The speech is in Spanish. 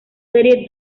serie